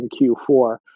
Q4